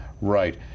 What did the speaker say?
Right